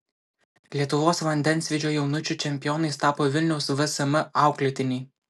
lietuvos vandensvydžio jaunučių čempionais tapo vilniaus vsm auklėtiniai